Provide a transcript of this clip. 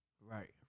Right